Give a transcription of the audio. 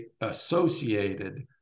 associated